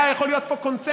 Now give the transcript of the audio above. היה יכול להיות פה קונסנזוס,